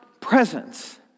presence